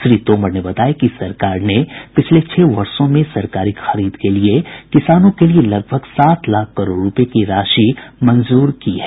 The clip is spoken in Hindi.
श्री तोमर ने बताया कि सरकार ने पिछले छह वर्षो में सरकारी खरीद के लिए किसानों के लिए लगभग सात लाख करोड़ रुपये की राशि मंजूर की है